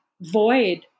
void